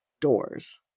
doors